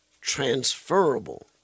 transferable